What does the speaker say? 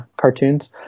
cartoons